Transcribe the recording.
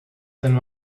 than